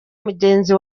mugenzi